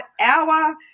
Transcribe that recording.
hour